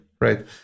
right